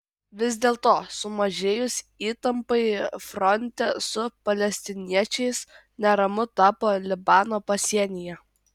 vis dėlto sumažėjus įtampai fronte su palestiniečiais neramu tapo libano pasienyje